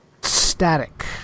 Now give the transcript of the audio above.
static